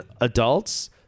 adults